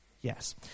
Yes